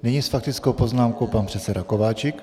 Nyní s faktickou poznámkou pan předseda Kováčik.